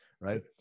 right